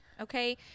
okay